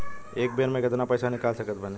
एक बेर मे केतना पैसा निकाल सकत बानी?